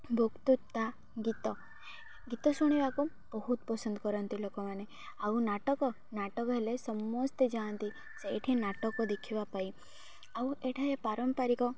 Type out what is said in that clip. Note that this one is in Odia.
ବକ୍ତୃତା ଗୀତ ଗୀତ ଶୁଣିବାକୁ ବହୁତ ପସନ୍ଦ କରନ୍ତି ଲୋକମାନେ ଆଉ ନାଟକ ନାଟକ ହେଲେ ସମସ୍ତେ ଯାଆନ୍ତି ସେଇଠି ନାଟକ ଦେଖିବା ପାଇଁ ଆଉ ଏଠାରେ ପାରମ୍ପାରିକ